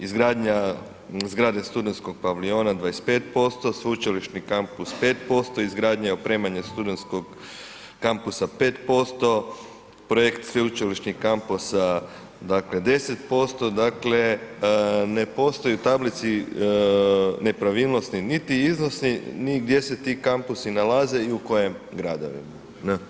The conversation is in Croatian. Izgradnja zgrade studenskog paviljona 25%, sveučilišni kampus 5%, izgradnja i opremanje studentskog kampusa 5%, projekt sveučilišnih kampusa dakle 10%, dakle ne postoji u tablici nepravilnosti niti iznosi ni gdje se ti kampusi nalaze i u kojim gradovima.